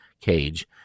cage